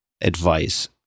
advice